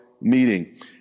meeting